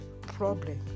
problem